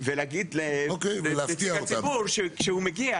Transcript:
ולהגיד לנציג הציבור שכשהוא מגיע